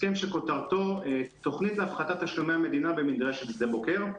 הסכם שכותרתו "תוכנית להפחת תשלומי המדינה במדרשת שדה בוקר".